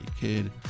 Kid